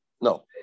No